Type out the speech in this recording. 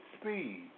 speed